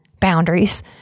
boundaries